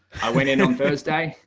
i went in thursday.